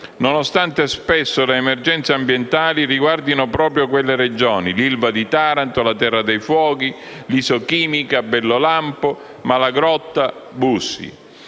nonostante spesso le emergenze ambientali riguardino proprio quelle Regioni: l'ILVA di Taranto, la terra dei fuochi, l'Isochimica, Bellolampo, Malagrotta, Bussi.